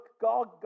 God